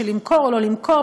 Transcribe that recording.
למכור או לא למכור,